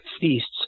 feasts